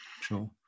Sure